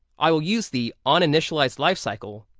i will use the oninitialized life cycle.